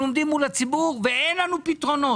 אנחנו עומדים מול הציבור ואין לנו פתרונות.